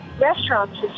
restaurants